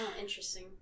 Interesting